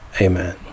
amen